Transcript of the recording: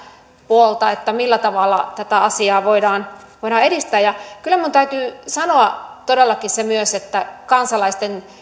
puolta että millä tavalla tätä asiaa voidaan voidaan edistää ja kyllä minun täytyy sanoa todellakin myös että onhan se kansalaisten